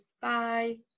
Bye